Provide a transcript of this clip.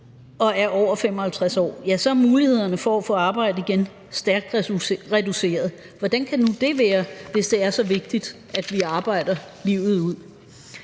og er over 55 år, så er mulighederne for at få arbejde igen stærkt reduceret. Hvordan kan det nu være, hvis det er så vigtigt, at vi arbejder livet ud?